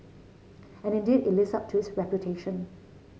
and indeed it lives up to its reputation